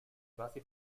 vasi